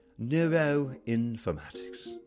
Neuroinformatics